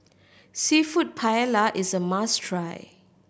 Seafood Paella is a must try